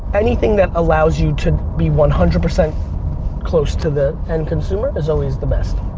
anything that allows you to be one hundred percent close to the end consumer is always the best.